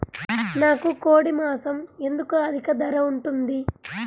నాకు కోడి మాసం ఎందుకు అధిక ధర ఉంటుంది?